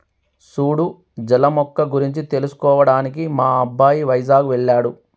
సూడు జల మొక్క గురించి తెలుసుకోవడానికి మా అబ్బాయి వైజాగ్ వెళ్ళాడు